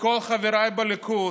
כל חבריי בליכוד,